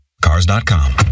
cars.com